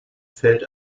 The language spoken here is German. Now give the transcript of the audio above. feld